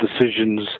decisions